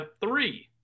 three